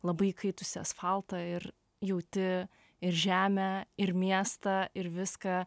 labai įkaitusį asfaltą ir jauti ir žemę ir miestą ir viską